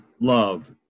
love